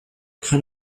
kind